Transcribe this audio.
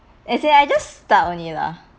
as in I just start only lah